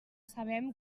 sabem